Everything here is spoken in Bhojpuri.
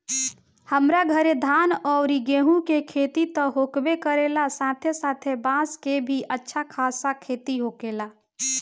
हमरा घरे धान अउरी गेंहू के खेती त होखबे करेला साथे साथे बांस के भी अच्छा खासा खेती होखेला